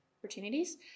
opportunities